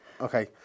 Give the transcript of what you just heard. Okay